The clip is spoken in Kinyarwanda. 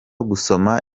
gusoma